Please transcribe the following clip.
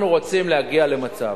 אנחנו רוצים להגיע למצב,